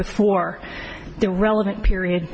before the relevant period